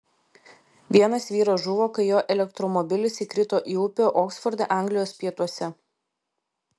vienas vyras žuvo kai jo elektromobilis įkrito į upę oksforde anglijos pietuose